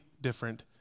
different